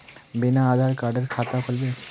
बिना आधार कार्डेर खाता खुल बे?